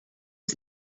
was